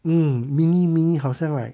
嗯 mini mini 好像 like